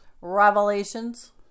Revelations